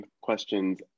questions